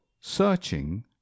searching